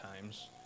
times